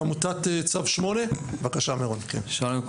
מעמותת צו 8. שלום,